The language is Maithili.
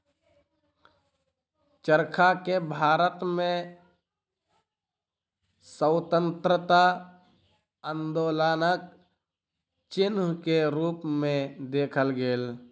चरखा के भारत में स्वतंत्रता आन्दोलनक चिन्ह के रूप में देखल गेल